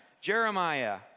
Jeremiah